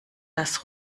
dass